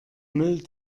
müll